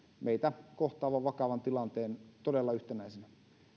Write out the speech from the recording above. meitä kohtaavan vakavan tilanteen todella yhtenäisenä